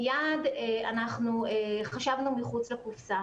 מייד אנחנו חשבנו מחוץ לקופסה